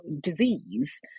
disease